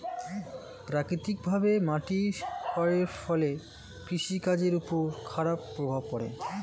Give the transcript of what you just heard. প্রাকৃতিকভাবে মাটির ক্ষয়ের ফলে কৃষি কাজের উপর খারাপ প্রভাব পড়ে